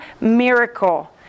miracle